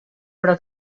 però